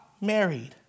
married